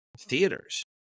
theaters